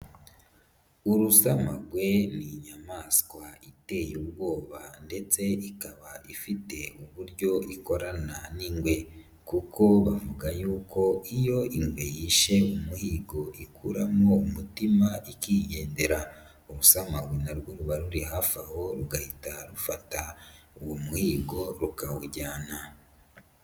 Urusamagwe ni inyamaswa iteye ubwoba ndetse ikaba ifite uburyo ikorana n'ingwe kuko bavuga yuko iyo ingwe yishe umuhigo ikuramo umutima ikigendera, urusamarwe na rwo ruba ruri hafi aho rugahita rufata uwo muhigo rukawujyana.